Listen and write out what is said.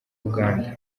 uganda